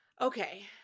okay